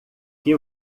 que